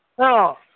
ꯑꯥ